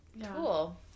Cool